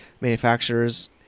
manufacturers